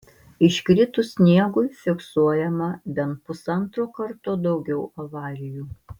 iškritus sniegui fiksuojama bent pusantro karto daugiau avarijų